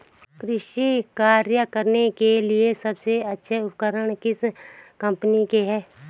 कृषि कार्य करने के लिए सबसे अच्छे उपकरण किस कंपनी के हैं?